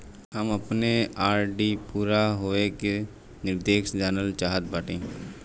हम अपने आर.डी पूरा होवे के निर्देश जानल चाहत बाटी